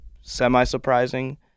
semi-surprising